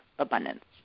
abundance